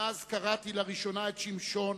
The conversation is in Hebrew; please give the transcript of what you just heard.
מאז קראתי לראשונה את "שמשון",